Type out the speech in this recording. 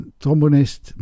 trombonist